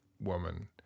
woman